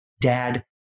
dad